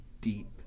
deep